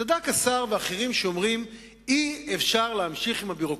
צדק השר וצדקו אחרים שאומרים: אי-אפשר להמשיך עם הביורוקרטיה.